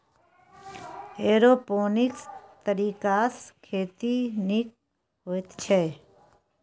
aeroponics तरीकासँ खेती नीक होइत छै